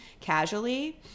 casually